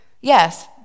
yes